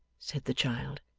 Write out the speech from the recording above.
said the child,